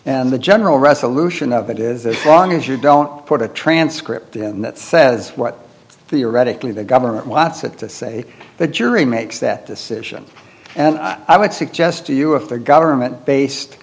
and the general resolution of it is wrong as you don't put a transcript in that says what theoretically the government wants it to say the jury makes that decision and i would suggest to you if the government based